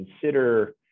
consider